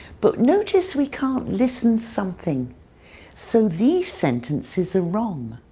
but notice we can't listen something so these sentences are wrong.